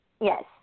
Yes